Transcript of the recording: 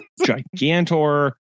Gigantor